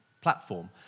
platform